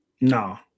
No